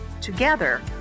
Together